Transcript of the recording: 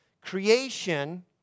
Creation